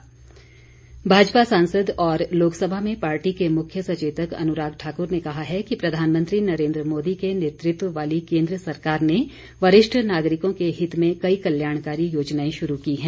अनुराग ठाकुर भाजपा सांसद और लोकसभा में पार्टी के मुख्य सचेतक अनुराग ठाकुर ने कहा है कि प्रधानमंत्री नरेन्द्र मोदी के नेतृत्व वाली केन्द्र सरकार ने वरिष्ठ नागरिकों के हित में कई कल्याणकारी योजनाएं शुरू की हैं